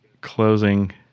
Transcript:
closing